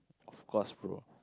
of course bro